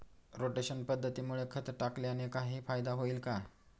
Rotation पद्धतीमुळे खत टाकल्याने काही फायदा होईल का?